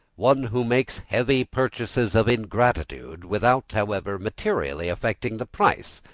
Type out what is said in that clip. one who makes heavy purchases of ingratitude, without, however, materially affecting the price,